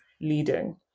leading